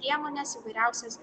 priemones įvairiausias